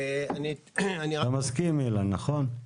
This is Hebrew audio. אתה מסכים, אילן, נכון?